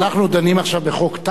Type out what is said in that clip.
אנחנו דנים עכשיו בחוק טל?